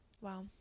Wow